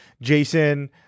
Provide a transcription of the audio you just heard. Jason